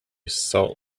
salt